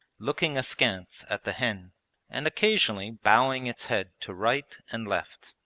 looking askance at the hen and occasionally bowing its head to right and left.